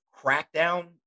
crackdown